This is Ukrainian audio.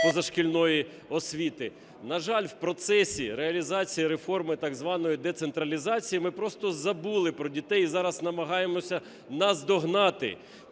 позашкільної освіти? На жаль, в процесі реалізації реформи так званої децентралізації ми просто забули про дітей і зараз намагаємося наздогнати